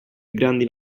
grandi